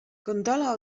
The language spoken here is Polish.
gondola